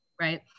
right